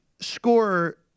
scorer